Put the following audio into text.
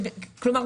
כלומר,